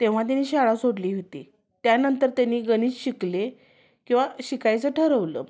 तेव्हा त्यांनी शाळा सोडली व्हिती त्यानंतर त्यांनी गणित शिकले किंवा शिकायचं ठरवलं